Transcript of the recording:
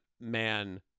man